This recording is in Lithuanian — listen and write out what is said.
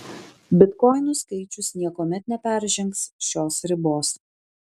bitkoinų skaičius niekuomet neperžengs šios ribos